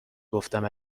گفتم